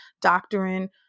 doctrine